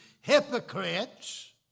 hypocrites